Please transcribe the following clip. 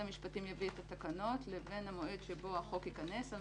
המשפטים יביא את התקנות לבין המועד שבו החוק ייכנס לתוקף,